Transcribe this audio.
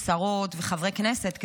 שרות וחברי כנסת,